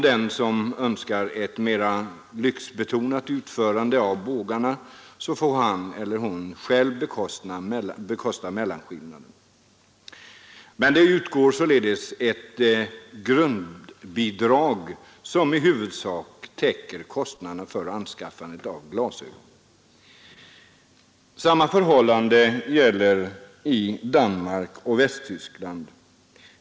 Den som önskar ett mera lyxbetonat utförande av bågarna får själv bekosta mellanskillnaden. Det utgår således ett grundbidrag som i huvudsak täcker kostnaderna för anskaffande av glasögon. Samma förhållande gäller i Danmark och Västtyskland.